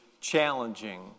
challenging